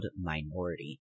minority